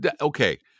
okay